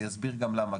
אני אסביר גם למה.